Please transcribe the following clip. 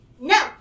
no